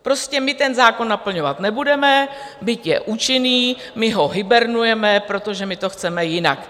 Prostě my ten zákon naplňovat nebudeme, byť je účinný, my ho hibernujeme, protože my to chceme jinak.